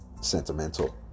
sentimental